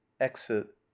exit